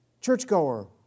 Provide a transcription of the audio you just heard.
churchgoer